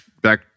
back